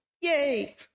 yay